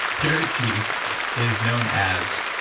garrett gee is known as,